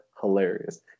hilarious